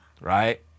right